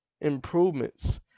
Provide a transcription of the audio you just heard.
improvements